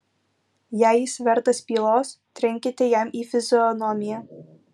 jei jis vertas pylos trenkite jam į fizionomiją